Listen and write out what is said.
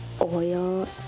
oil